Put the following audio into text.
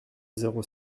zéro